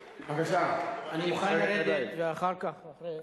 אני מוכן לרדת ואחר כך לחזור.